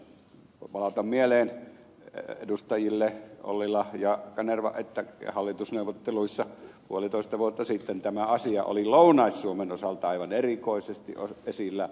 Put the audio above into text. palautan mieleen edustajille ollila ja kanerva että hallitusneuvotteluissa puolitoista vuotta sitten tämä asia oli lounais suomen osalta aivan erikoisesti esillä